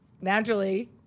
naturally